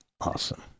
Awesome